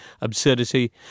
absurdity